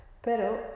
pero